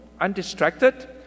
undistracted